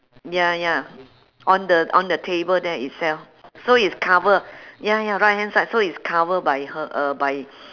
ya ya on the on the table there itself so is cover ya ya right hand side so is cover by her uh by